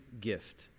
gift